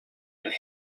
and